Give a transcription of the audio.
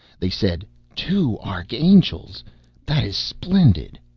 they said two archangels that is splendid.